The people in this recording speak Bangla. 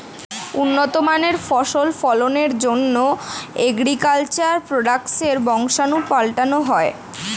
উন্নত মানের ফসল ফলনের জন্যে অ্যাগ্রিকালচার প্রোডাক্টসের বংশাণু পাল্টানো হয়